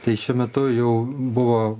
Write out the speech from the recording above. tai šiuo metu jau buvo